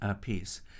piece